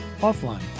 offline